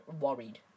worried